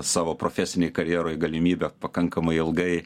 savo profesinėj karjeroj galimybę pakankamai ilgai